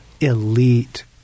elite